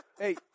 Hey